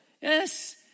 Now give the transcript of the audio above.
yes